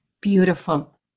Beautiful